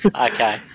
Okay